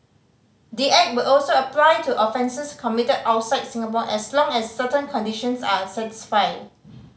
the Act will also apply to offences committed outside Singapore as long as certain conditions are satisfied